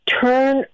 turn